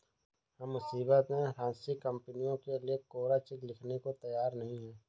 हम मुसीबत में फंसी कंपनियों के लिए कोरा चेक लिखने को तैयार नहीं हैं